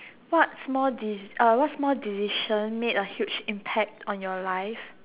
what small decis~ uh what small decision made a huge impact on your life